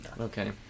Okay